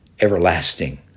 everlasting